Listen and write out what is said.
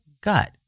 gut